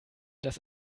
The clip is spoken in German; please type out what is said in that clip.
das